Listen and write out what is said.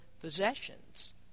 possessions